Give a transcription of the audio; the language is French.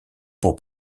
pour